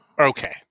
Okay